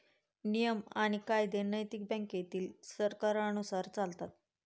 नियम आणि कायदे नैतिक बँकेतील सरकारांनुसार चालतात